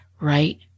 right